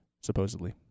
supposedly